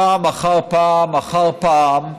פעם אחר פעם אחר פעם,